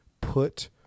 put